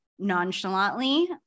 Nonchalantly